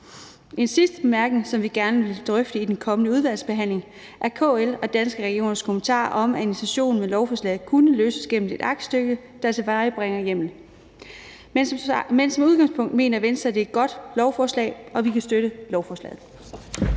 En sidste bemærkning, som vi gerne vil drøfte i den kommende udvalgsbehandling, er KL og Danske Regioners kommentar om, at administrationen af lovforslaget kunne løses gennem et aktstykke, der tilvejebringer hjemmel. Men som udgangspunkt mener Venstre, det er et godt lovforslag, og vi kan støtte lovforslaget.